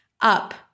up